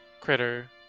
critter